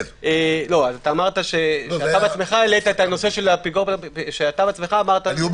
אתה בעצמך העלית את הנושא של הפיקוח --- אני אומר